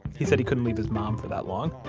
he said he couldn't leave his mom for that long